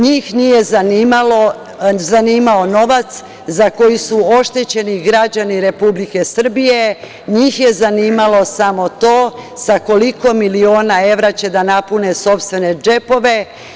NJih nije zanimao novac za koji su oštećeni građani Republike Srbije, njih je zanimalo samo to sa koliko miliona evra će da napune sopstvene džepove.